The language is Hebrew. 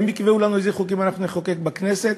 הם יקבעו לנו איזה חוקים אנחנו נחוקק בכנסת?